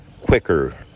quicker